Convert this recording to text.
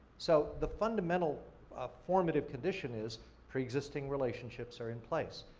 so, the fundamental ah formative condition is pre-existing relationships are in place.